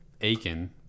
Aiken